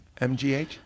MGH